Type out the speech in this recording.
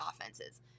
offenses